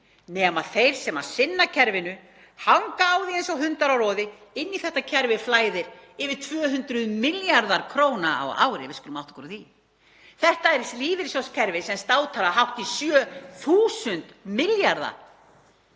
nema þeir sem sinna kerfinu, hanga á því eins og hundar á roði. Inn í þetta kerfi flæða yfir 200 milljarðar kr. á ári, við skulum átta okkur á því. Þetta er lífeyrissjóðakerfi sem státar af hátt í 7.000 milljarða